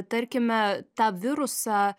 tarkime tą virusą